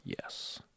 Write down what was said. Yes